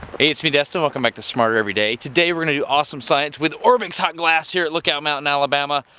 hey it's me destin. welcome back to smarter every day. today we're gonna do awesome science with orbix hot glass here at lookout mountain alabama.